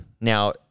Now